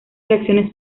reacciones